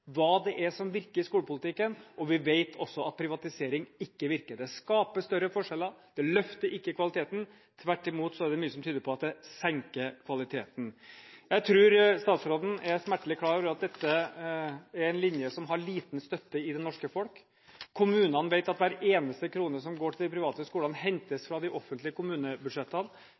hva som virker i skolepolitikken. Vi vet også at privatisering ikke virker. Det skaper større forskjeller, og det løfter ikke kvaliteten – tvert imot er det mye som tyder på at det senker kvaliteten. Jeg tror statsråden er smertelig klar over at dette er en linje som har liten støtte i det norske folk. Kommunene vet at hver eneste krone som går til de private skolene, hentes fra de offentlige kommunebudsjettene,